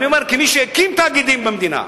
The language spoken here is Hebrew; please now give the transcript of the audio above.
אני אומר, כמי שהקים תאגידים במדינה,